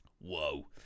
Whoa